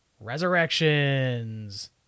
Resurrections